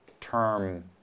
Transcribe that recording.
term